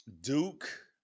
Duke